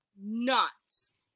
nuts